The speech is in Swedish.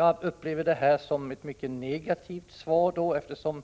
Jag upplever svaret som mycket negativt, eftersom